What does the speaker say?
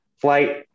flight